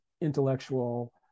intellectual